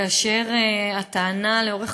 כאשר הטענה לאורך,